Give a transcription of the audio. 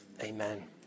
Amen